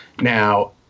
Now